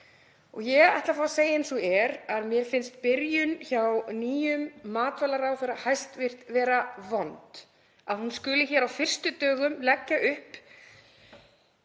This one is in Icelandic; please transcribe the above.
Ég ætla að fá að segja eins og er að mér finnst byrjun hjá nýjum hæstv. matvælaráðherra vera vond, að hún skuli hér á fyrstu dögum leggja upp